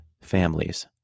families